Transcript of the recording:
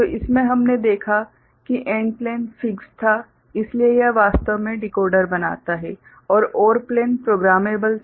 तो इसमें हमने देखा कि AND प्लेन फ़िक्स्ड था इसलिए यह वास्तव में डिकोडर बनाता है और OR प्लेन प्रोग्रामेबल था